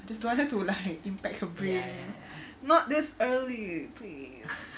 I just wanted to like impact her brain not this early please